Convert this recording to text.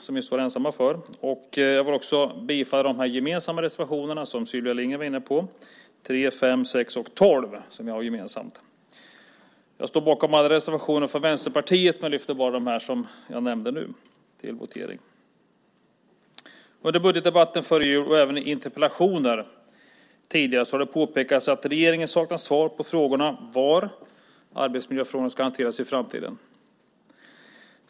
Jag yrkar också bifall till de reservationer som är gemensamma för Socialdemokraterna, Vänsterpartiet och Miljöpartiet och som Sylvia Lindgren var inne på - 3, 5, 6 och 12. Jag står bakom alla reservationer från Vänsterpartiet, men jag tänker bara begära votering i fråga om de reservationer som jag nu nämnde. Under budgetdebatten före jul och även i interpellationer tidigare har det påpekats att regeringen saknar svar på frågorna var arbetsmiljöfrågorna ska hanteras i framtiden.